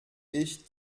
ich